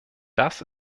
das